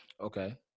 Okay